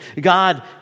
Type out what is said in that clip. God